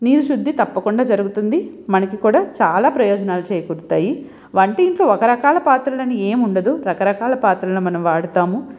నీరు శుద్ధి తప్పకుండా జరుగుతుంది మనకి కూడా చాలా ప్రయోజనాలు చేకూరుతాయి వంట ఇంట్లో ఒక రకం పాత్రలని ఏమి ఉండదు రకరకాల పాత్రలు మనము వాడతాము